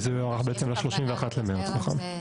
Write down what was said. כי זה יוארך ל-31 במרץ, נכון?